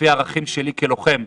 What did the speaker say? לפי הערכים שלי כלוחם,